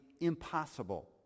impossible